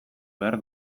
behar